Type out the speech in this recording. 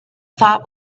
thought